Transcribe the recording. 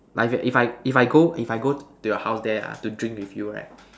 like if I if I go if I go to your house there ah to drink with you right